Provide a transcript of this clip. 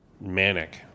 manic